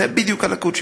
זה בדיוק הליקוי שגיליתי,